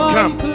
Come